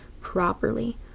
properly